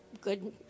good